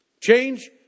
Change